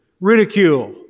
ridicule